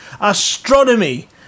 astronomy